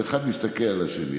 אחד מסתכל על השני,